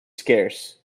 scarce